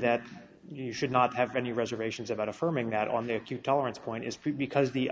that you should not have any reservations about affirming that on their q tolerance point is because the